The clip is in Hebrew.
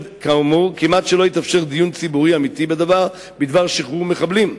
כמעט שלא התאפשר דיון ציבורי אמיתי בדבר שחרור מחבלים.